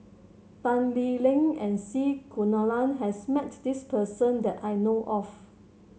Tan Lee Leng and C Kunalan has met this person that I know of